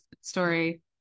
story